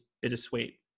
bittersweet